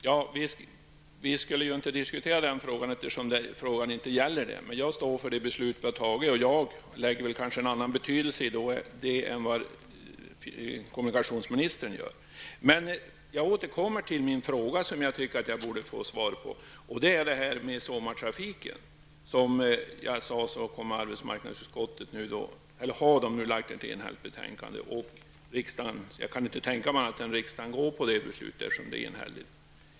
Herr talman! Vi skulle ju inte diskutera den frågan, men jag står för det beslut som riksdagen har fattat. Jag lägger dock kanske en annan betydelse i beslutet än vad kommunikationsministern gör. Jag återkommer emellertid till min fråga, som jag tycker att jag borde få svar på. Det gäller sommartrafiken, där arbetsmarknadsutskottet nu har framlagt ett enigt förslag. Jag kan inte tänka mig annat än att riksdagen bifaller utskottets förslag.